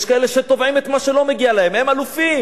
יש כאלה שתובעים את מה שלא מגיע להם, הם אלופים.